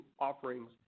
offerings